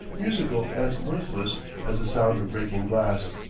musical and mirthless as the sound of breaking glass.